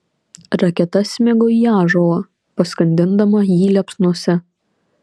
raketa smigo į ąžuolą paskandindama jį liepsnose